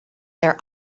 their